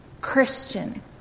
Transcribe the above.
Christian